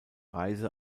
reise